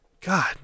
god